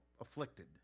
afflicted